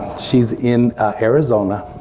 she's in arizona